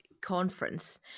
conference